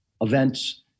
events